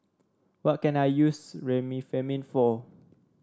what can I use Remifemin for